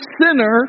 sinner